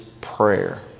prayer